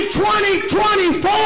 2024